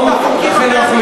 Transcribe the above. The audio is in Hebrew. תאכוף את החוקים הקיימים.